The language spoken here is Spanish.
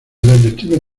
detectives